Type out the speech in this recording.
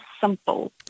simple